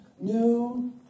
new